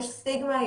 יש סטיגמה,